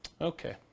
Okay